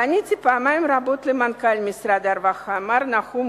פניתי פעמים רבות אל מנכ"ל משרד הרווחה מר נחום